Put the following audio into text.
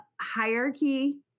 hierarchy